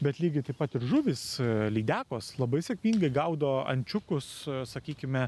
bet lygiai taip pat ir žuvys lydekos labai sėkmingai gaudo ančiukus sakykime